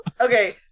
Okay